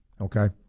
okay